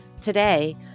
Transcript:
Today